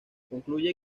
concluye